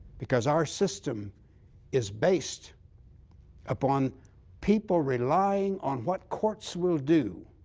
because our system is based upon people relying on what courts will do.